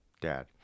dad